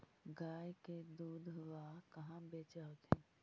गया के दूधबा कहाँ बेच हखिन?